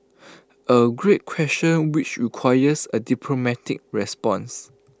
A great question which requires A diplomatic response